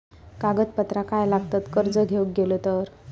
कागदपत्रा काय लागतत कर्ज घेऊक गेलो तर?